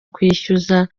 kwishyuza